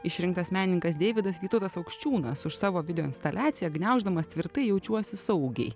išrinktas menininkas deividas vytautas aukščiūnas už savo videoinstaliaciją gniauždamas tvirtai jaučiuosi saugiai